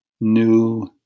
new